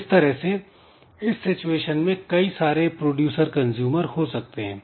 इस तरह से इस सिचुएशन में कई सारे producer consumer हो सकते हैं